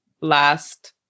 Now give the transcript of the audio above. last